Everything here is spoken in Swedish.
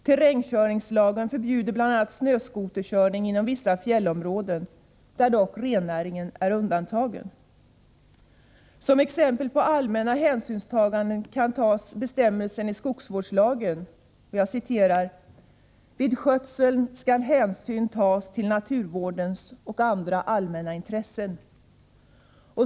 Terrängkörningslagen förbjuder bl.a. snöskoterkörning inom vissa fjällområden, varvid dock rennäringen är undantagen. Som exempel på allmänna hänsynstaganden kan tas bestämmelsen i skogsvårdslagen att ”vid skötseln skall hänsyn tas till naturvårdens och andra allmänna intressen”.